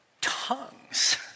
tongues